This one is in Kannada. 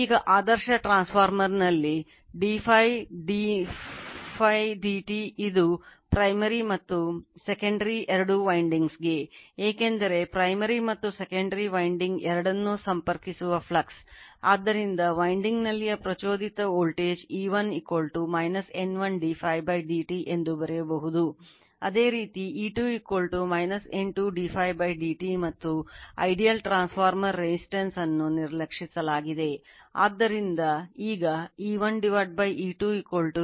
ಈಗ ಆದರ್ಶ ಟ್ರಾನ್ಸ್ಫಾರ್ಮರ್ನಲ್ಲಿ dΦ dψ dt ಇದು primary ಅನ್ನು ನಿರ್ಲಕ್ಷಿಸಲಾಗಿದೆ